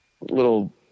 little